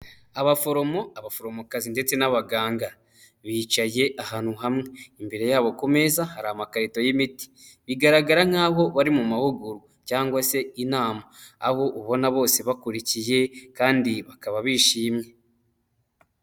Abaforomo, abaforomokazi ndetse n'abaganga bicaye ahantu hamwe, imbere yabo ku meza hari amakarito y'imiti. Bigaragara nk'aho bari mu mahugurwa cyangwa se inama, aho ubona bose bakurikiye kandi bakaba bishimye.